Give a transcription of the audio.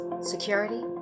security